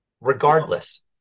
Regardless